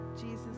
Jesus